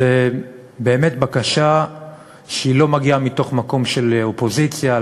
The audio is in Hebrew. וזו באמת בקשה שאיננה מגיעה ממקום של אופוזיציה,